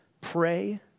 pray